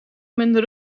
minder